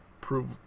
prove